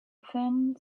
thin